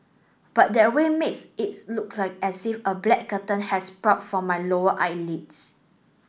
but that way makes its look as if a black curtain has sprout from my lower eyelids